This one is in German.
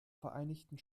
vereinigten